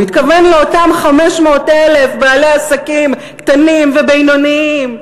הוא התכוון לאותם 500,000 בעלי עסקים קטנים ובינוניים,